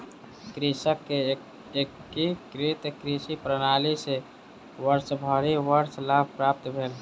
कृषक के एकीकृत कृषि प्रणाली सॅ वर्षभरि वर्ष लाभ प्राप्त भेल